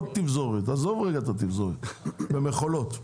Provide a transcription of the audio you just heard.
תפזורת, אלא במכולות.